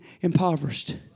impoverished